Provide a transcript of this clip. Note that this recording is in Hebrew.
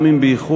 גם אם באיחור,